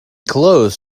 clothes